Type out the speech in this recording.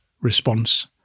response